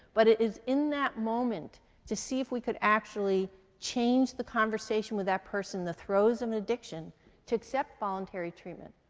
but it is in that moment to see if we could actually change the conversation with that person in the throes of an addiction to accept voluntary treatment.